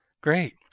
Great